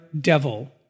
devil